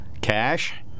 cash